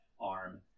arm